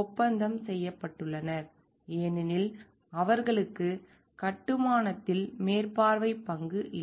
ஒப்பந்தம் செய்யப்பட்டுள்ளனர் ஏனெனில் அவர்களுக்கு கட்டுமானத்தில் மேற்பார்வைப் பங்கு இல்லை